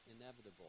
inevitable